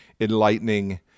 enlightening